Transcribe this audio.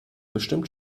bestimmt